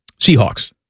Seahawks